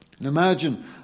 Imagine